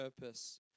purpose